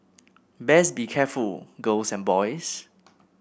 best be careful girls and boys